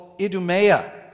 Idumea